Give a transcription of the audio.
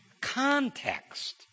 context